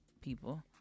people